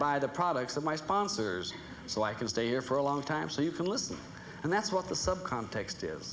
buy the products of my sponsors so i can stay here for a long time so you can listen and that's what the sub context is